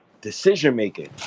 decision-making